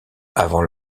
avant